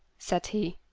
said he.